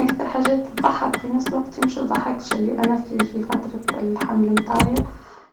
أكثر حاجات تضحك وفي نفس الوقت مش تضحك كانت في فترة الحمل بتاعي،